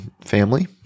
family